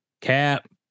Cap